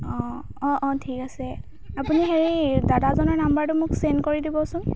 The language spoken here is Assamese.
অঁ অঁ অঁ ঠিক আছে আপুনি হেৰি দাদাজনৰ নাম্বাৰটো মোক ছেণ্ড কৰি দিবচোন